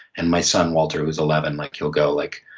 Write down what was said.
and my son walter, who is eleven, like he'll go like,